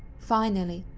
finally,